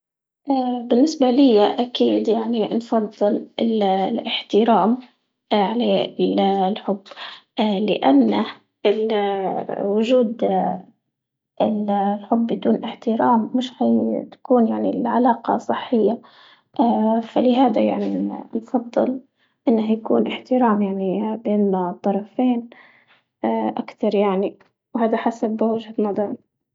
بالنسبة ليا أكيد يعني نفضل ال الاحترام على ال- الحب لأنه ال- وجود ال- الحب بدون احترام مش حيكون يعني العلاقة صحية ، فلهدا يعني نفضل إنه يكون احترام يعني بين الطرفين أكتر يعني، وهدا حسب وجهة نضري.